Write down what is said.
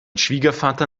schwiegervater